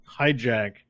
hijack